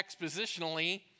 expositionally